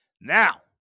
Now